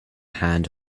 hand